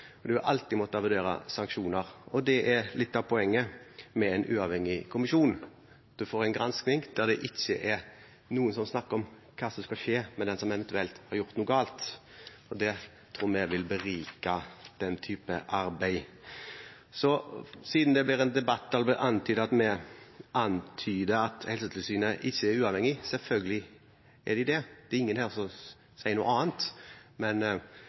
sanksjoner. Det er litt av poenget med en uavhengig kommisjon: Man får en gransking der det ikke er noen som snakker om hva som skal skje med den som eventuelt har gjort noe galt. Det tror vi vil berike den typen arbeid. Siden det ble en debatt der det blir antydet at vi antyder at Helsetilsynet ikke er uavhengig – selvfølgelig er de det! Det er ingen her som sier noe annet, men